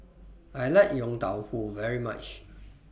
I like Yong Tau Foo very much